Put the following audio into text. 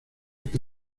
que